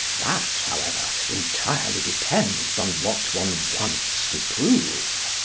that, however, entirely depends on what one wants to prove.